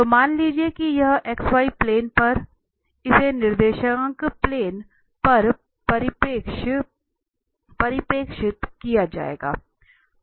तो मान लीजिए कि यहां इस xy प्लेन पर इसे निर्देशांक प्लेन पर प्रक्षेपित किया जाएगा